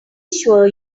sure